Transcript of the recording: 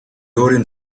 өөрийн